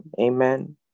Amen